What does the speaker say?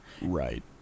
Right